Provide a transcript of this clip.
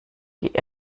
die